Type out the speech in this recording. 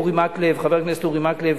חבר הכנסת אורי מקלב,